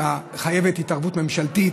שמחייבת התערבות ממשלתית